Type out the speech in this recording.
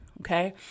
Okay